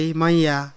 maya